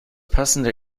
passende